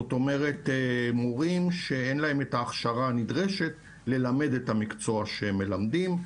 זאת אומרת מורים שאין להם את ההכשרה הנדרשת ללמד את המקצוע שהם מלמדים.